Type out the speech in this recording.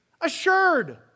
Assured